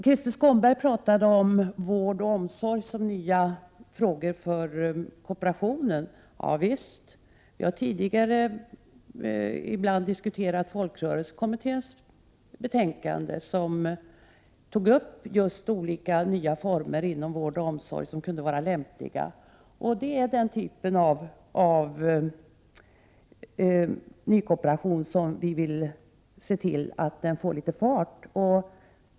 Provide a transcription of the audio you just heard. Krister Skånberg pratade om vård och omsorg som nya frågor för kooperationen. Vi har tidigare diskuterat folkrörelsekommitténs betänkande, där man tog upp just olika nya former inom vård och omsorg som kunde vara lämpliga. Det är den typen av ny kooperation vi vill se till att få fart på.